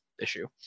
issue